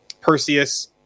Perseus